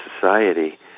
society